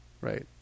right